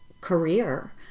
career